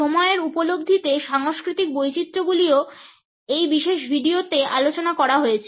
সময়ের উপলব্ধিতে সাংস্কৃতিক বৈচিত্রগুলিও এই বিশেষ ভিডিওতে আলোচনা করা হয়েছে